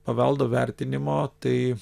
paveldo vertinimo tai